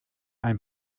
ein